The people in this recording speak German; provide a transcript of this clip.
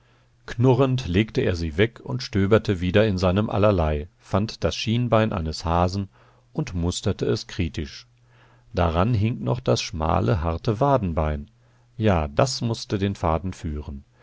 knurrend legte er sie weg und stöberte wieder in seinem allerlei fand das schienbein eines hasen und musterte es kritisch daran hing noch das schmale harte wadenbein ja das mußte den faden führen